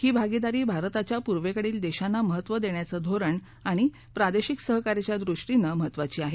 ही भागीदारी भारताच्या पूर्वकडील देशांना महत्त्व देण्याचं धोरण आणि प्रादेशिक सहकार्याच्या दृष्टीनं महत्त्वाची आहे